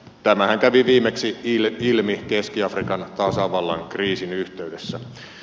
tämähän kävi viimeksi ilmi keski afrikan tasavallan kriisin yhteydessä